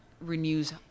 renews